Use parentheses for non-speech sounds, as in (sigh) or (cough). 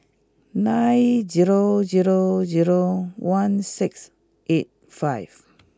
nine zero zero zero one six eight five (noise)